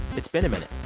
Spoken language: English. it's been a minute.